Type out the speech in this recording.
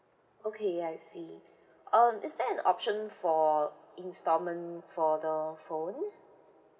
okay ya I see um is there an option for instalment for the phone